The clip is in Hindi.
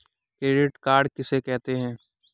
क्रेडिट कार्ड किसे कहते हैं?